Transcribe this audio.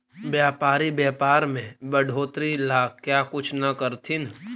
व्यापारी व्यापार में बढ़ोतरी ला क्या कुछ न करथिन